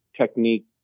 technique